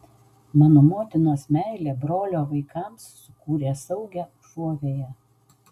mano motinos meilė brolio vaikams sukūrė saugią užuovėją